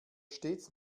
stets